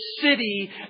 city